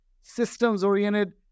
systems-oriented